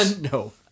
No